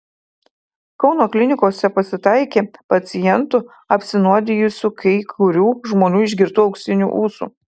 kauno klinikose pasitaikė pacientų apsinuodijusių kai kurių žmonių išgirtu auksiniu ūsu